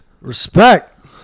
Respect